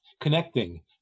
connecting